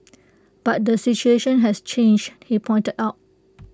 but the situation has changed he pointed out